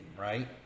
Right